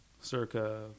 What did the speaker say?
circa